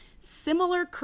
Similar